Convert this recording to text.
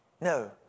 No